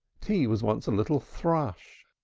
t was once a little thrush,